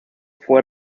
fue